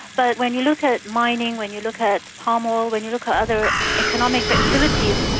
but when you look at mining, when you look at palm oil, when you look at other economic activities,